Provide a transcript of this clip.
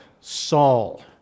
Saul